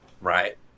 right